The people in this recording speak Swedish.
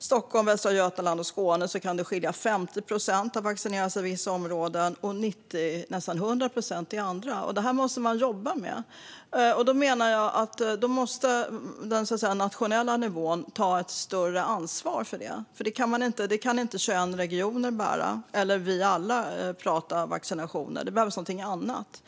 Stockholm, Västra Götaland och Skåne kan det skilja mellan 50 procent som vaccinerat sig i vissa områden och 90 till nästan 100 procent i andra. Det här måste man jobba med. Jag menar att den nationella nivån måste ta ett större ansvar för det, för det kan inte 21 regioner bära - eller vi alla genom att prata vaccinationer. Det behövs något annat.